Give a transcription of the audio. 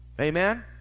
Amen